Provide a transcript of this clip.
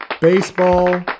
Baseball